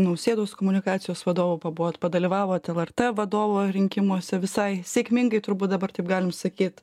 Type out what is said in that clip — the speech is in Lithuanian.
nausėdos komunikacijos vadovu pabuvot dalyvavot lrt vadovo rinkimuose visai sėkmingai turbūt dabar taip galim sakyt